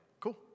Cool